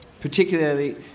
particularly